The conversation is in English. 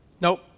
Nope